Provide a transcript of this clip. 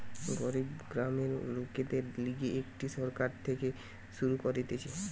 গরিব গ্রামের লোকদের লিগে এটি সরকার থেকে শুরু করতিছে